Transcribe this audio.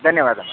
ಧನ್ಯವಾದ ಮೇಡಮ್